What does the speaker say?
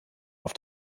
auf